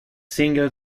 single